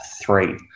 three